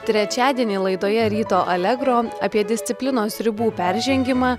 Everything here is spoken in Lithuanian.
trečiadienį laidoje ryto allegro apie disciplinos ribų peržengimą